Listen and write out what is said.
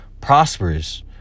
prosperous